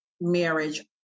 marriage